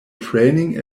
training